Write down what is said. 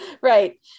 right